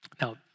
Now